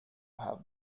have